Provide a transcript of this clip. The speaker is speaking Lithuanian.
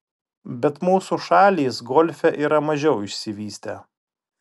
bet mūsų šalys golfe yra mažiau išsivystę